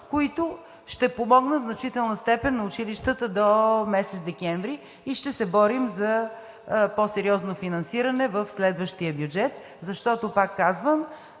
които ще помогнат в значителна степен на училищата до месец декември и ще се борим за по сериозно финансиране в следващия бюджет, защото, пак казвам,